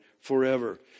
forever